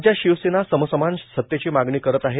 राज्यात शिवसेना समसमान सतेची मागणी करत आहे